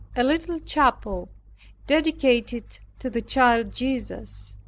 a little chapel dedicated to the child jesus.